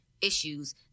issues